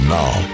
now